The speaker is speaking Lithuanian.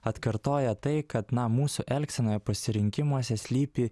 atkartoja tai kad na mūsų elgsenoje pasirinkimuose slypi